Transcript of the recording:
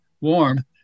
warm